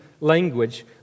language